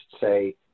say